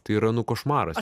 tai yra nu košmaras